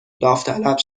داوطلب